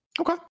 Okay